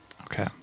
Okay